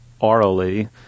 orally